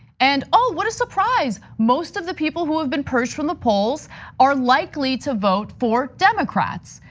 and ah what a surprise. most of the people who have been purged from the polls are likely to vote for democrats.